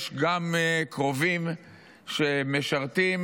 יש גם קרובים שמשרתים,